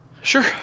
Sure